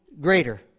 greater